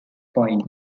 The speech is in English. point